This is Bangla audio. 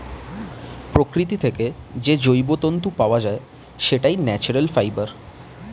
প্রকৃতি থেকে যে জৈব তন্তু পাওয়া যায়, সেটাই ন্যাচারাল ফাইবার